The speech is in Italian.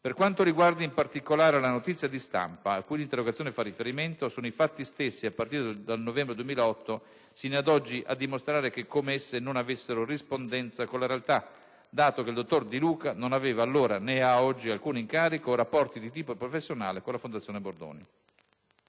Per quanto riguarda, in particolare, la notizia di stampa a cui l'interrogazione fa riferimento, sono i fatti stessi, a partire dal novembre 2008 sino ad oggi, a dimostrare come esse non avessero rispondenza con la realtà, dato che il dottor Di Luca non aveva allora, né ha oggi alcun incarico o rapporti di tipo professionale con la Fondazione Bordoni.